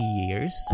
years